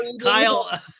Kyle